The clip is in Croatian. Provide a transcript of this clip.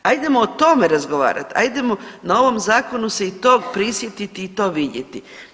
Hajdemo o tome razgovarati, hajdemo na ovom zakonu se i tog prisjetiti i to vidjeti.